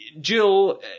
Jill